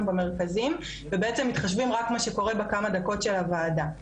במרכזים ובעצם מתחשבים רק מה שקורה בכמה דקות של הוועדה.